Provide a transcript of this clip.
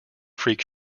freak